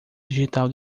digital